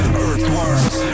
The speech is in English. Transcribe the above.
Earthworms